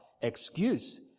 excuse